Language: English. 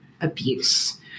abuse